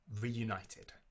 reunited